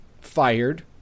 fired